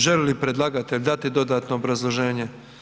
Želi li predlagatelj dati dodatno obrazloženje?